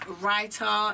writer